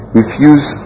refuse